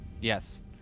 Yes